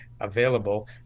available